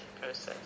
process